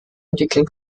entwickeln